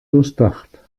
durchdacht